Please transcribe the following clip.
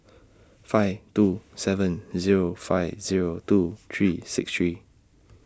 five two seven Zero five Zero two three six three